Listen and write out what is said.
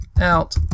out